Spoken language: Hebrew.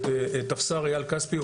טפסר איל כספי,